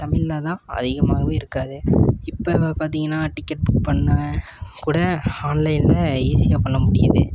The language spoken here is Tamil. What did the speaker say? தமிழ்ல தான் அதிகமாகவே இருக்காது இப்போ பார்த்தீங்கன்னா டிக்கெட் புக் பண்ண கூட ஆன்லைனில் ஈஸியாக பண்ண முடியுது